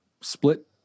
split